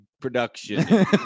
production